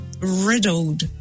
riddled